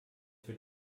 für